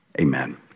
amen